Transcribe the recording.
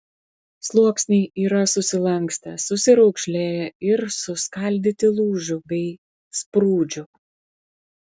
sluoksniai yra susilankstę susiraukšlėję ir suskaldyti lūžių bei sprūdžių